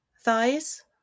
Thighs